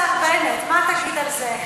השר בנט, מה תגיד על זה?